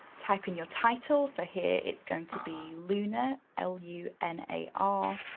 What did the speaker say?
type in your title, so here it's going to be lunar, l u n a r,